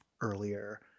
earlier